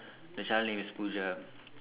the child name is Pooja